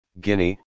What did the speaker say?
Guinea